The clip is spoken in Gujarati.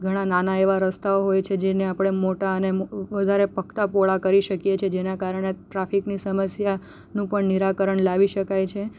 ઘણા નાના એવા રસ્તાઓ હોય છે જેને આપણે મોટા અને વધારે પડતા પહોળા કરી શકીએ છીએ જેના કારણે ટ્રાફિકની સમસ્યા નું પણ નિરાકરણ લાવી શકાય છે